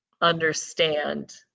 understand